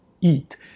eat